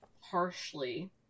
harshly